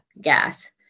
gas